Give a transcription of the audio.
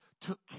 took